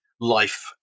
life